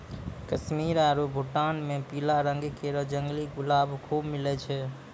कश्मीर आरु भूटान म पीला रंग केरो जंगली गुलाब खूब मिलै छै